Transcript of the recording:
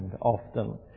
often